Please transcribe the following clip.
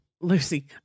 Lucy